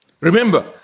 Remember